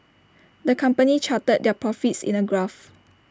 the company charted their profits in A graph